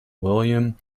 william